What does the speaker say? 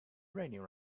raining